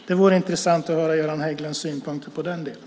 Det vore intressant att höra Göran Hägglunds synpunkter på den delen.